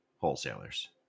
wholesalers